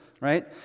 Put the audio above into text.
right